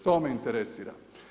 To me interesira.